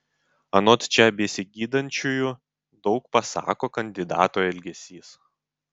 anot čia besigydančiųjų daug pasako kandidato elgesys